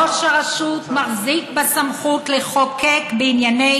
ראש הרשות מחזיק בסמכות לחוקק בענייני